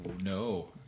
no